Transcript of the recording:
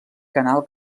canal